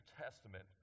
Testament